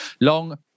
long